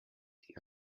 die